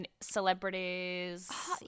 celebrities